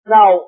Now